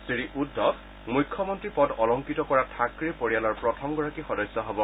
শ্ৰী উদ্ধৰ মুখ্যমন্ত্ৰী পদ অলংকৃত কৰা থাকৰে পৰিয়ালৰ প্ৰথমগৰাকী সদস্য হ'ব